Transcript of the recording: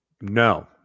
No